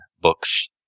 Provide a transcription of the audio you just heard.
books